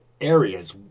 areas